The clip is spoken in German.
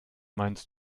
meinst